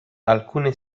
alcune